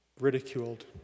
ridiculed